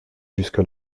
jusque